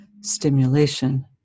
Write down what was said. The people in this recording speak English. stimulation